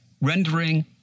rendering